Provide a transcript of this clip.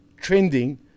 trending